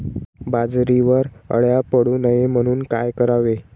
बाजरीवर अळ्या पडू नये म्हणून काय करावे?